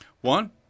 one